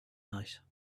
night